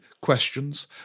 questions